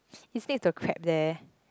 is next to the Crab there